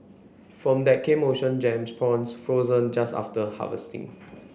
from that came Ocean Gems prawns frozen just after harvesting